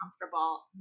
comfortable